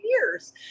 years